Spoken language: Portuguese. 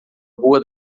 rua